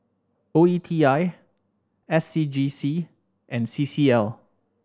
O E T I S C G C and C C L